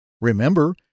Remember